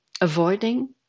Avoiding